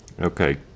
Okay